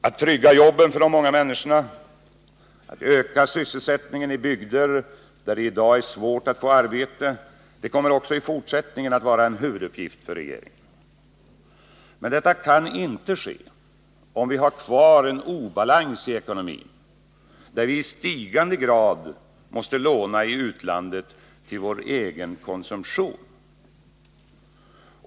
Att trygga jobben för de många människorna, att öka sysselsättningen i bygder där det i dag är svårt att få arbete, kommer också i fortsättningen att vara en huvuduppgift för regeringen. Men detta kan inte ske, om vi har kvar en obalans i ekonomin, där vi i stigande grad måste låna i utlandet till vår egen konsumtion.